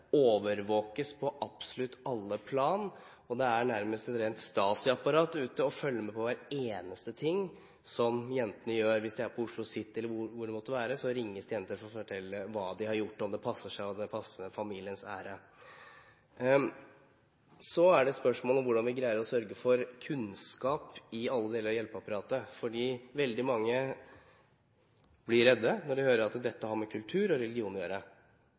overvåkes på absolutt alle plan. Det er nærmest et rent Stasi-apparat ute og følger med på hver eneste ting som jentene gjør. Hvis de er på Oslo City eller hvor det måtte være, ringes det hjem til dem for å fortelle hva de har gjort, om det passer seg, og om det passer med familiens ære. Så er det spørsmål om hvordan vi greier å sørge for kunnskap i alle deler av hjelpeapparatet, fordi veldig mange blir redde når de hører at dette har med kultur og religion å gjøre.